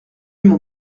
mon